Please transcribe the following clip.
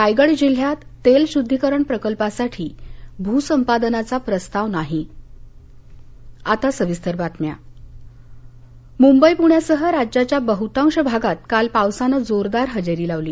रायगड जिल्ह्यात तेल शुद्धीकरण प्रकल्पासाठी भूसंपादनाचा प्रस्ताव नाही पाऊस मुंबई पुण्यासह राज्याच्या बहृतांश भागात काल पावसानं जोरदार हजेरी लावली